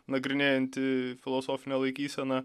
nagrinėjanti filosofinė laikysena